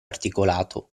articolato